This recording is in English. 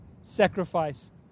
sacrifice